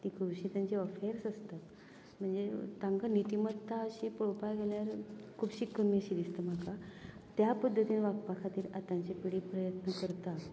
ती खुबशीं तेंचें अफेर्स आसतात म्हणजे तांकां नितिमत्ता अशी पळोवपाक गेल्यार खुबशी कमी अशी दिसता म्हाका त्या पध्दतीन वागपा खातीर आतांची पिडी प्रयत्न करता